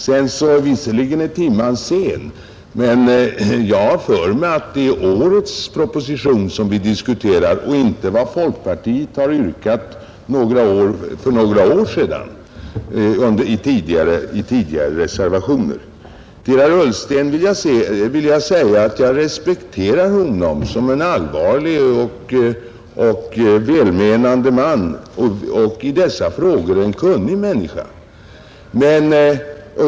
Sedan är visserligen timmen sen, men jag har för mig att det är årets proposition vi diskuterar, inte vad folkpartiet yrkade för några år sedan i tidigare reservationer. Till herr Ullsten vill jag säga att jag respekterar honom som en allvarlig, välmenande och i dessa frågor kunnig man.